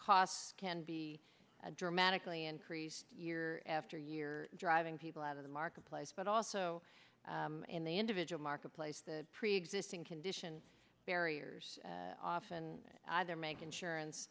cost can be dramatically increased year after year driving people out of the marketplace but also in the individual marketplace the preexisting condition barriers often either make insurance